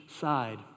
side